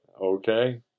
okay